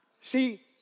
See